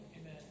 Amen